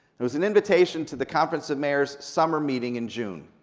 it was an invitation to the conference of mayors summer meeting in june,